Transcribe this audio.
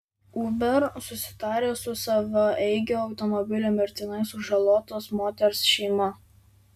uber susitarė su savaeigio automobilio mirtinai sužalotos moters šeima